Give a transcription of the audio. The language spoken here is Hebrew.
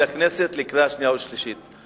מושב הכנסת לקריאה שנייה ולקריאה שלישית.